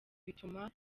bituma